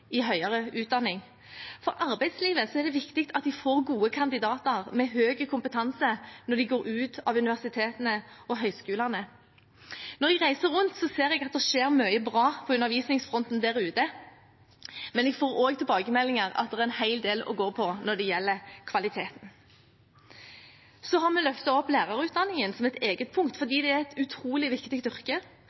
i høyere utdanning. For arbeidslivet er det viktig at de får gode kandidater som har høy kompetanse når de går ut av universitetene og høyskolene. Når jeg reiser rundt, ser jeg at det skjer mye bra på undervisningsfronten der ute, men vi får også tilbakemeldinger om at det er en hel del å gå på når det gjelder kvaliteten. Så har vi løftet opp lærerutdanningen som et eget punkt, fordi det er et utrolig viktig